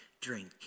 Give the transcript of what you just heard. drink